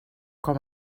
com